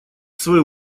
свою